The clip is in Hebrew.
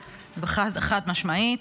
חד-משמעית.